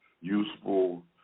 useful